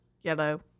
yellow